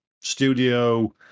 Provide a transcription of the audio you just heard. Studio